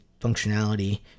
functionality